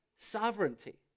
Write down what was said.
Sovereignty